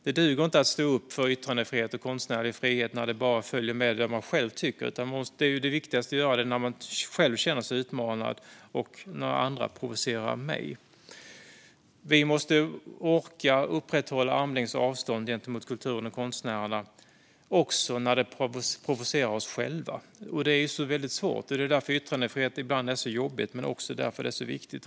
Det duger inte att bara stå upp för yttrandefrihet och konstnärlig frihet när det följer med vad man själv tycker, utan det viktigaste är att göra det när man själv känner sig utmanad och när andra provocerar en. Vi måste orka upprätthålla armlängds avstånd gentemot kulturen och konstnärerna också när det provocerar oss själva. Det är väldigt svårt, och det är därför yttrandefrihet ibland är så jobbigt. Men det är också därför det är så viktigt.